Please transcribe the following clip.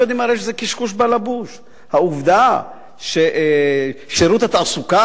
העובדה ששירות התעסוקה נמצא תחת אחריותך,